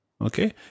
Okay